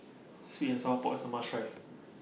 Sweet and Sour Pork IS A must Try